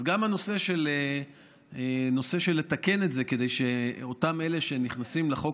אז גם הנושא של לתקן את זה כדי שאותם אלה שנכנסים לחוק